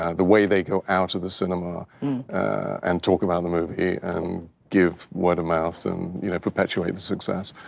ah the way they go out of the cinema and talk about the movie and give word of mouth and you know perpetuate the success.